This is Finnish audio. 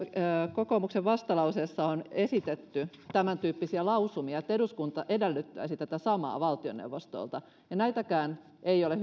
kokoomuksen vastalauseessa on esitetty tämäntyyppisiä lausumia että eduskunta edellyttäisi tätä samaa valtioneuvostolta ja näitäkään ei ole